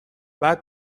بعد